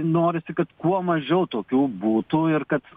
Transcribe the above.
norisi kad kuo mažiau tokių būtų ir kad